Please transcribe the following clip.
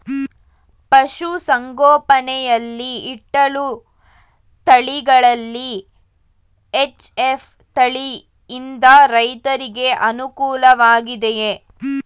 ಪಶು ಸಂಗೋಪನೆ ಯಲ್ಲಿ ಇಟ್ಟಳು ತಳಿಗಳಲ್ಲಿ ಎಚ್.ಎಫ್ ತಳಿ ಯಿಂದ ರೈತರಿಗೆ ಅನುಕೂಲ ವಾಗಿದೆಯೇ?